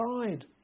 side